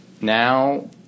Now